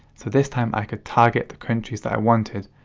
so this time i could target the countries that i wanted,